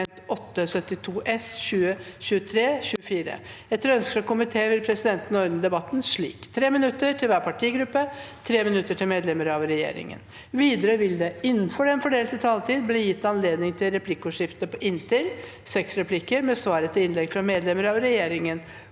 og sosialkomiteen vil presidenten ordne debatten slik: 3 minutter til hver partigruppe og 3 minutter til medlemmer av regjeringen. Videre vil det – innenfor den fordelte taletid – bli gitt anledning til et replikkordskifte på inntil seks replikker med svar etter innlegg fra medlemmer av regjeringen,